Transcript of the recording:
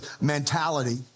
mentality